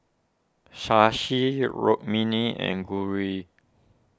Shashi Rukmini and Gauri